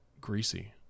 greasy